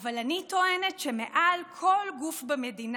אבל אני טוענת שמעל כל גוף במדינה,